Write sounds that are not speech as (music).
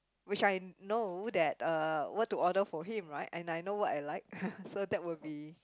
which I know that uh what to order for him right and I know what I like (laughs) so that will be